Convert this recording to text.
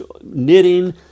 knitting